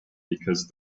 because